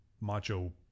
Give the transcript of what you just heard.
macho